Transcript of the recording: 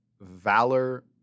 Valor